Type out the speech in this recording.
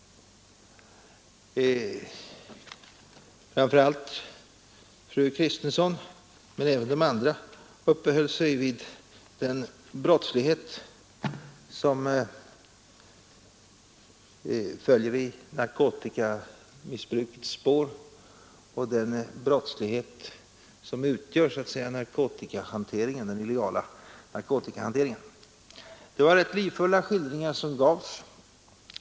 Framför allt fru Kristensson men även de andra talarna uppehöll sig vid den brottslighet som följer i narkotikamissbrukets spår och den brottslighet som den illegala narkotikahanteringen utgör. Det var rätt livfulla skildringar som gavs.